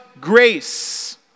grace